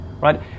right